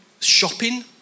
shopping